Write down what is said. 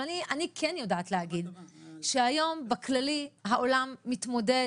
אבל אני כן יודעת להגיד שהיום בכללי העולם מתמודד